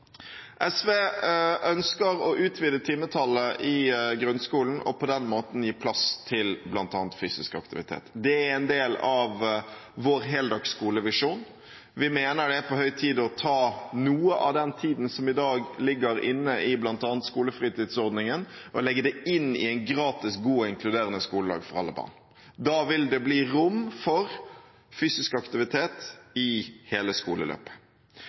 SV ønsker å utvide timetallet i grunnskolen og på den måten gi plass til bl.a. fysisk aktivitet. Det er en del av vår heldagsskolevisjon. Vi mener det er på høy tid å ta noe av den tiden som i dag ligger i bl.a. skolefritidsordningen, og legge den inn i en gratis, god og inkluderende skoledag for alle barn. Da vil det bli rom for fysisk aktivitet i hele skoleløpet.